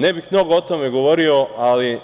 Ne bih mnogo o tome govorio, ali